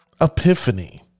epiphany